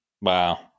wow